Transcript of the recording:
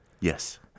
Yes